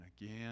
again